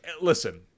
listen